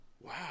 Wow